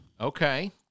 Okay